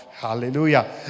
hallelujah